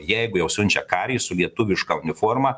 jeigu jau siunčia karį su lietuviška uniforma